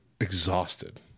exhausted